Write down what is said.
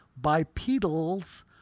bipedals